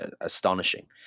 astonishing